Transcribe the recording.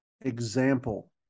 example